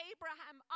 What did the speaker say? Abraham